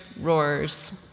roars